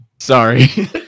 Sorry